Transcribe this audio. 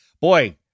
boy